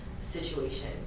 situation